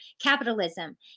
capitalism